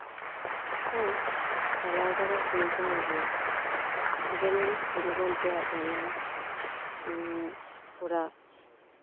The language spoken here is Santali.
ᱦᱚᱸ ᱪᱟᱞᱟᱣ ᱵᱟᱲᱟ ᱦᱩᱭ ᱠᱟᱱ ᱜᱮᱭᱟ ᱡᱮᱢᱚᱱ ᱜᱩᱨᱩ ᱜᱚᱢᱠᱮᱭᱟᱜ ᱡᱟᱱᱟᱢ ᱚᱲᱟᱜ